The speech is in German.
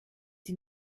sie